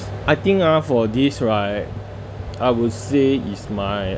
I think ah for this right I would say is my